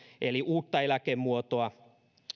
eli uutta eläkemuotoa